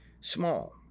small